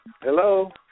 Hello